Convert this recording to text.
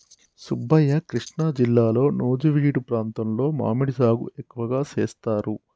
సుబ్బయ్య కృష్ణా జిల్లాలో నుజివీడు ప్రాంతంలో మామిడి సాగు ఎక్కువగా సేస్తారు